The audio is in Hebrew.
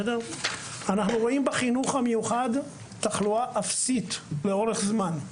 אנחנו רואים בחינוך המיוחד תחלואה אפסית לאורך זמן.